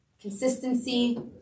consistency